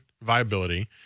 viability